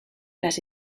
las